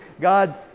God